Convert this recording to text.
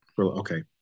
okay